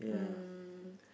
um